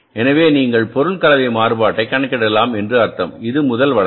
எனவே நீங்கள் பொருள் கலவை மாறுபாட்டைக் கணக்கிடலாம் என்று அர்த்தம் இது முதல் வழக்கு